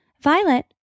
Violet